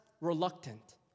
reluctant